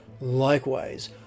Likewise